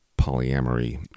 polyamory